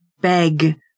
beg